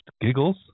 giggles